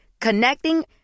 Connecting